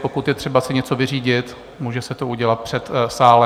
Pokud jde třeba si něco vyřídit, může se to udělat před sálem.